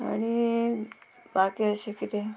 आनी बाकी अशें किदें